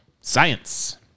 Science